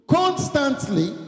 constantly